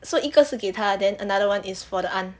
so 一个是给她 then another one is for the aunt